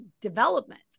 development